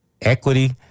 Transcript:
equity